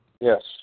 Yes